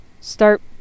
Start